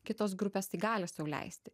kitos grupės tai gali sau leisti